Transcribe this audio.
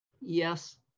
Yes